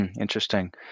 Interesting